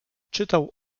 czytał